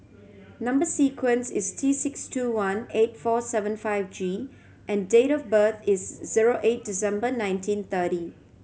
number sequence is T six two one eight four seven five G and date of birth is zero eight December nineteen thirty